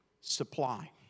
supply